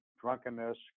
drunkenness